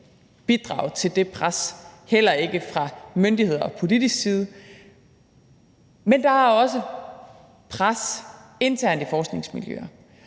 bidrage til det pres, heller ikke fra myndigheder og politisk side. Men der er også pres internt i forskningsmiljøerne.